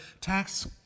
tax